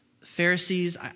Pharisees